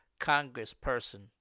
congressperson